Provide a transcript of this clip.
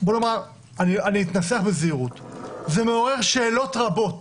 אני אתנסח בזהירות זה מעורר שאלות רבות